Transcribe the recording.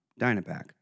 Dynapack